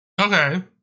Okay